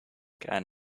can